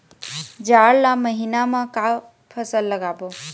जाड़ ला महीना म का फसल लगाबो?